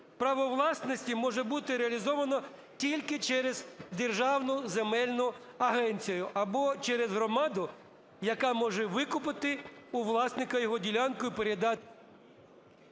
Право власності може бути реалізовано тільки через державну земельну агенцію, або через громаду, яка може викупити у власника його ділянку… ГОЛОВУЮЧИЙ.